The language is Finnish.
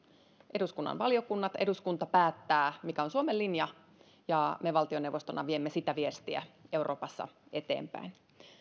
eduskunnan valiokunnat eduskunta päättää mikä on suomen linja ja me valtioneuvostona viemme sitä viestiä euroopassa eteenpäin